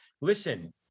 listen